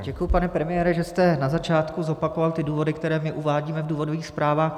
Děkuji, pane premiére, že jste na začátku zopakoval ty důvody, které my uvádíme v důvodových zprávách.